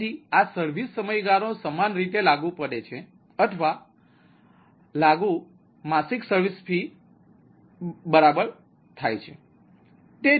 તેથી આ સર્વિસ સમયગાળો સમાન રીતે લાગુ પડે છે અથવા લાગુ માસિક સર્વિસ ફી સાચી છે